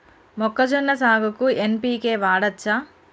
మొక్కజొన్న సాగుకు ఎన్.పి.కే వాడచ్చా?